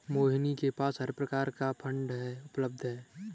मोहिनी के पास हर प्रकार की फ़ंड उपलब्ध है